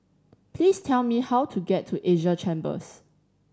please tell me how to get to Asia Chambers